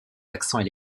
accents